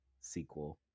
sequel